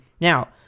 Now